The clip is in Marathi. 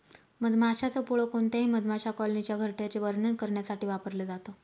मधमाशांच पोळ कोणत्याही मधमाशा कॉलनीच्या घरट्याचे वर्णन करण्यासाठी वापरल जात